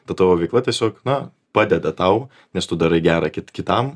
ta tavo veikla tiesiog na padeda tau nes tu darai gera kit kitam